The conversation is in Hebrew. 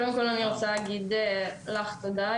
אני רוצה להגיד לך תודה,